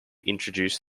introduced